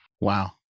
wow